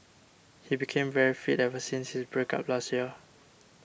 he became very fit ever since his break up last year